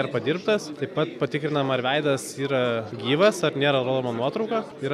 ar padirbtas taip pat patikrinam ar veidas yra gyvas ar nėra lavono nuotrauka ir